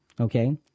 okay